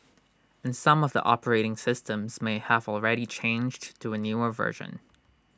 and some of the operating systems may have already changed to A newer version